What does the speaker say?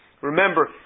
Remember